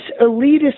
elitist